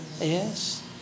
Yes